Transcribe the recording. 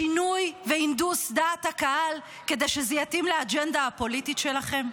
בשינוי והנדוס דעת הקהל כדי שזה יתאים לאג'נדה הפוליטית שלכם?